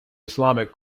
islamic